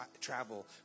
travel